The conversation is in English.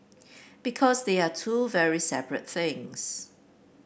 because they are two very separate things